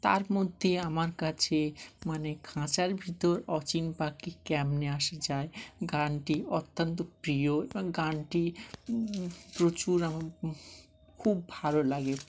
তার মধ্যে আমার কাছে মানে খাঁচার ভিতর অচিন পাখি কেমনে আসা যায় গানটি অত্যন্ত প্রিয় এবং গানটি প্রচুর আমার খুব ভালো লাগে